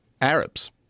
Arabs